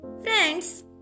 Friends